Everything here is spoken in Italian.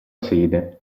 sede